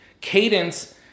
Cadence